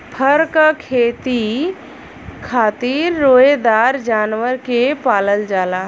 फर क खेती खातिर रोएदार जानवर के पालल जाला